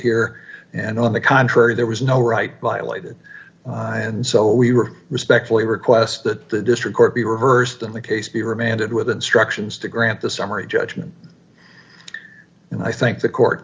here and on the contrary there was no right violated and so we were respectfully request that the district court be reversed in the case be remanded with instructions to grant the summary judgment and i think the court